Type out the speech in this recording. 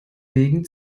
wegen